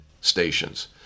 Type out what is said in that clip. stations